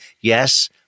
Yes